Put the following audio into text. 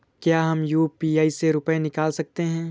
क्या हम यू.पी.आई से रुपये निकाल सकते हैं?